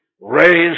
raised